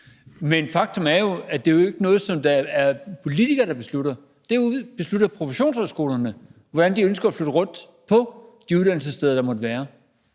Men faktum er jo, at det ikke er noget, som politikere beslutter. Men professionshøjskolerne beslutter, hvordan de ønsker at flytte rundt på de uddannelsessteder, der måtte være.